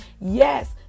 Yes